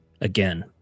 Again